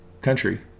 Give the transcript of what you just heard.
country